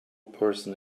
person